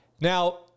Now